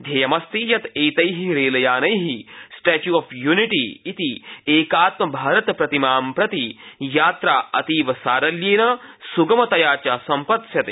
ध्वेयमस्ति यत् एत ेलयाना े स्टैच् ऑफ युनिटि इति एकात्म भारत प्रतिमां प्रति यात्रा अतीव सारल्येन सुगमतया च सम्पत्यस्यते